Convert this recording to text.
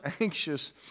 anxious